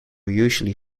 usually